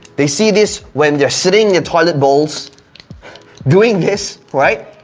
they see this when they're sitting in toilet bowls doing this, right?